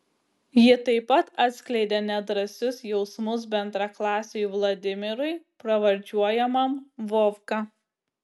ji taip pat atskleidė nedrąsius jausmus bendraklasiui vladimirui pravardžiuojamam vovka